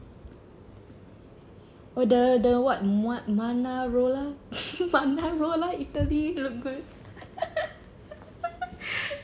well the the what what what manarola manarola italy